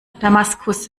damaskus